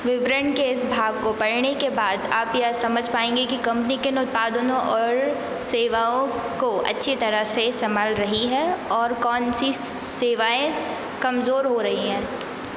विवरण के इस भाग को पढ़ने के बाद आप यह समझ पाएँगे कि कम्पनी किन उत्पादों और सेवाओं को अच्छी तरह से संभाल रही है और कौन सी सेवाएँ कमजोर हो रही हैं